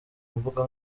mbuga